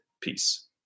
Peace